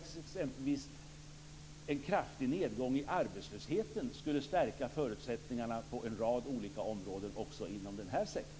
T.ex. kan en kraftig nedgång i arbetslösheten stärka förutsättningarna på en rad olika områden inom den sektorn.